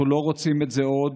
אנחנו לא רוצים את זה עוד,